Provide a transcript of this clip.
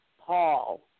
Paul